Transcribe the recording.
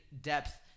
depth